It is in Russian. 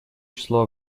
число